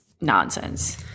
nonsense